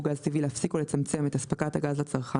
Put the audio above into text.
גז טבעי להפסיק או לצמצם את אספקת הגז לצרכן,